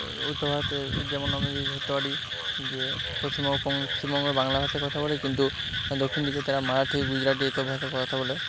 উত্তর ভারতে যেমন আমি বলতে পারি যে প্রথমত পশ্চিমবঙ্গে বাংলা ভাষায় কথা বলে কিন্তু দক্ষিণ দিকে তারা মারাঠি গুজরাটি এই সব ভাষায় কথা বলে